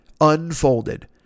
unfolded